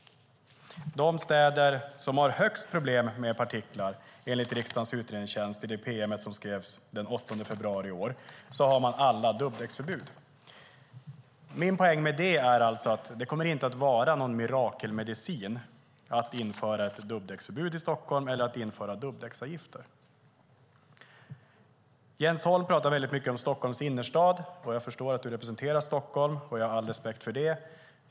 De städer som enligt det pm som riksdagens utredningstjänst skrev den 8 februari i år har störst problem med partiklar har alla dubbdäcksförbud. Min poäng är att det inte kommer att vara någon mirakelmedicin att införa ett dubbdäcksförbud eller dubbdäcksavgifter i Stockholm. Jens Holm talar mycket om Stockholms innerstad. Jag förstår att du representerar Stockholm, och jag har all respekt för det.